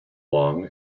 long